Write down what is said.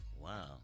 Wow